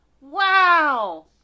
Wow